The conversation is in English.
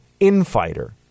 infighter